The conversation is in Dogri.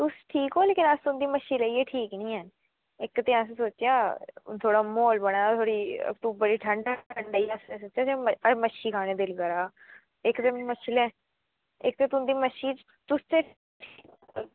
तुस ठीक ओ नी पर अस तुंदी मच्छी लेइयै ठीक निं हैन इक्क ते असें सोचेआ हून थोह्ड़ा म्हौल बने ते अक्तूबर दी ठंड ऐ ते मच्छी खानै गी दिल करा दा इक्क दिन मच्छी इक्क ते तुंदी मच्छी ते